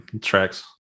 tracks